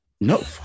No